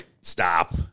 stop